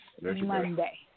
Monday